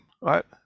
right